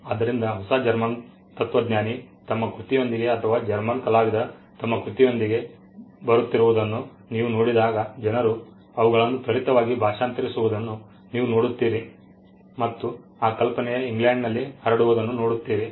ಆದ್ದರಿಂದ ಹೊಸ ಜರ್ಮನ್ ತತ್ವಜ್ಞಾನಿ ತಮ್ಮ ಕೃತಿಯೊಂದಿಗೆ ಅಥವಾ ಜರ್ಮನ್ ಕಲಾವಿದ ತಮ್ಮ ಕೃತಿಯೊಂದಿಗೆ ಬರುತ್ತಿರುವುದನ್ನು ನೀವು ನೋಡಿದಾಗ ಜನರು ಅವುಗಳನ್ನು ತ್ವರಿತವಾಗಿ ಭಾಷಾಂತರಿಸುವುದನ್ನು ನೀವು ನೋಡುತ್ತೀರಿ ಮತ್ತು ಆ ಕಲ್ಪನೆಯು ಇಂಗ್ಲೆಂಡ್ನಲ್ಲಿ ಹರಡುವುದನ್ನು ನೋಡುತ್ತೀರಿ